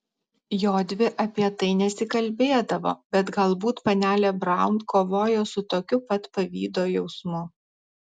jodvi apie tai nesikalbėdavo bet galbūt panelė braun kovojo su tokiu pat pavydo jausmu